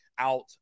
out